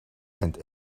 and